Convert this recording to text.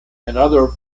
another